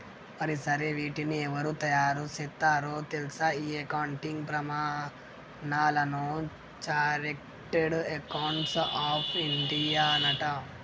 మరి సరే వీటిని ఎవరు తయారు సేత్తారో తెల్సా ఈ అకౌంటింగ్ ప్రమానాలను చార్టెడ్ అకౌంట్స్ ఆఫ్ ఇండియానట